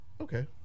Okay